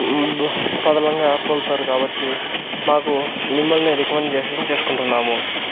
తోల్తారు కాబట్టి మాకు మిమ్మల్నే రికమండేషన్ చేసుకుంటున్నాము